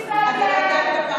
אותי לא שכנעת,